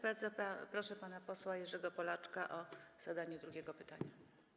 Bardzo proszę pana posła Jerzego Polaczka o zadanie drugiego pytania.